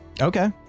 Okay